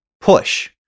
push